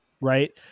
right